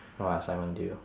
or my assignment due